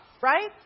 right